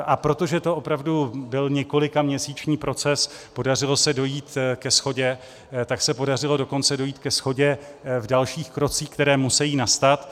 A protože to opravdu byl několikaměsíční proces, podařilo se dojít ke shodě, tak se podařilo dokonce dojít ke shodě v dalších krocích, které musejí nastat.